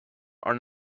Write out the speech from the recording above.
are